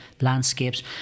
landscapes